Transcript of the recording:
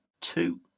two